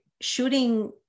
shooting